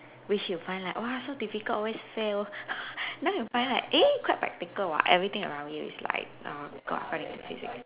which you find like !wah! so difficult always fail now you find like eh quite practical [what] everything around you is like err got according Physics